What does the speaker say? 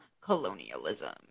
Colonialism